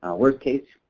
worst case,